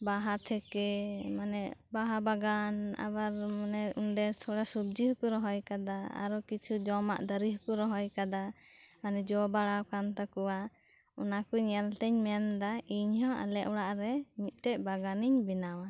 ᱵᱟᱦᱟ ᱛᱷᱮᱠᱮ ᱢᱟᱱᱮ ᱵᱟᱦᱟ ᱵᱟᱜᱟᱱ ᱟᱵᱟᱨ ᱢᱟᱱᱮ ᱚᱸᱰᱮ ᱛᱷᱚᱲᱟ ᱥᱚᱵᱽᱡᱤ ᱦᱚᱸᱠᱚ ᱨᱚᱦᱚᱭ ᱟᱠᱟᱫᱟ ᱟᱨᱦᱚᱸ ᱠᱤᱪᱷᱩ ᱡᱚᱢᱟᱜ ᱫᱟᱨᱮ ᱠᱚ ᱨᱚᱦᱚᱭ ᱟᱠᱟᱫᱟ ᱡᱚ ᱵᱟᱲᱟᱜ ᱠᱟᱱ ᱛᱟᱠᱚᱣᱟ ᱚᱱᱟ ᱠᱚ ᱧᱮᱞ ᱛᱮᱧ ᱢᱮᱱ ᱮᱫᱟ ᱤᱧ ᱦᱚᱸ ᱟᱞᱮ ᱚᱲᱟᱜ ᱨᱮ ᱢᱤᱫ ᱴᱮᱱ ᱵᱟᱜᱟᱱᱤᱧ ᱵᱮᱱᱟᱣᱟ